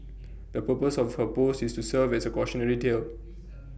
the purpose of her post is to serve as A cautionary tale